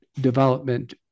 development